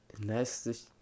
Nice